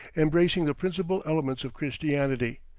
embracing the principal elements of christianity,